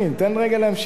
תן רגע להמשיך.